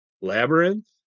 Labyrinth